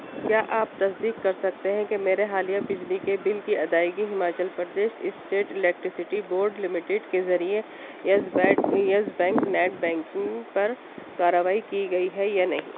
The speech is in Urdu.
کیا آپ تصدیق کر سکتے ہیں کہ میرے حالیہ بجلی کے بل کی ادائیگی Himachal Pradesh state electricity board limited کے ذریعے yes back yes bank net banking پر کارروائی کی گئی ہے یا نہیں